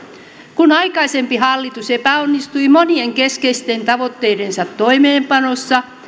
kun aikaisempi hallitus epäonnistui monien keskeisten tavoitteidensa toimeenpanossa